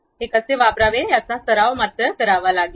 हे कसे वापरावे याचा सराव करावा लागेल